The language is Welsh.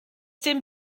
dim